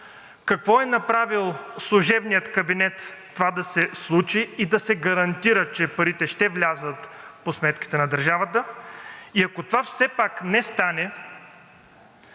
Какво е направил служебният кабинет това да се случи и да се гарантира, че парите ще влязат по сметките на държавата? И ако това все пак не стане,